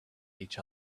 each